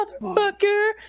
motherfucker